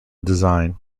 design